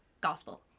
gospel